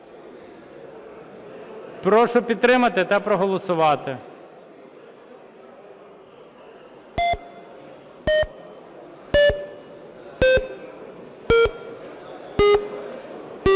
Прошу підтримати та проголосувати.